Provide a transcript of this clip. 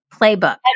playbook